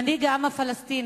מנהיג העם הפלסטיני,